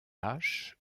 lâches